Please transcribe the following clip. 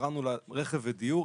קראנו לה רכב ודיור,